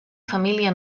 família